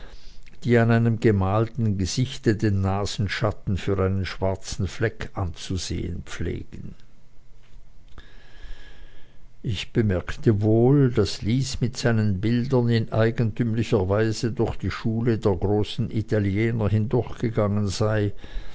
die in einem gemalten gesichte den nasenschatten für einen schwarzen fleck anzusehen pflegen ich bemerkte wohl daß lys mit seinen bildern in eigentümlicher weise durch die schule der großen italiener hindurchgegangen sei